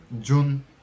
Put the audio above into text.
June